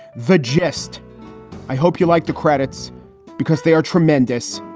the gist i hope you like the credits because they are tremendous.